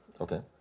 Okay